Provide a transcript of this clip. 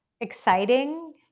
exciting